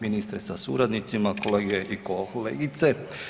Ministre sa suradnicima, kolegice i kolege.